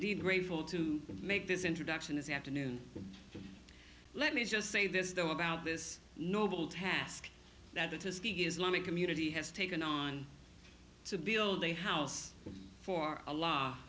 indeed grateful to make this introduction this afternoon let me just say this though about this noble task that the tuskegee islamic community has taken on to build a house for a law